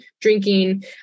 drinking